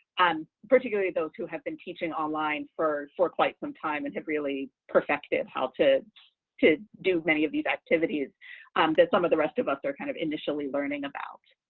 um particularly those who have been teaching online for for quite some time and have really perfected how to to do many of these activities that some of the rest of us are kind of initially learning about.